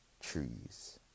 trees